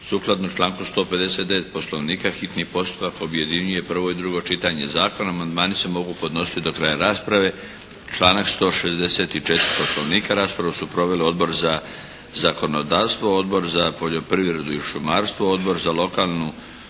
Sukladno članku 159. Poslovnika, hitni postupak objedinjuje prvo i drugo čitanje zakona. Amandmani se mogu podnositi do kraja rasprave. Članak 164. Poslovnika. Raspravu su proveli Odbor za zakonodavstvo, Odbor za poljoprivredu i šumarstvo, Odbor za lokalnu